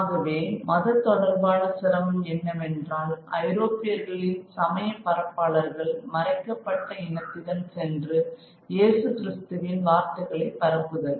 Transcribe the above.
ஆகவே மதத் தொடர்பான சிரமம் என்னவென்றால் ஐரோப்பியர்களின் சமயப் பரப்பாளர்கள் மறைக்கப்பட்ட இனத்திடம் சென்று இயேசு கிறிஸ்துவின் வார்த்தைகளை பரப்புதல்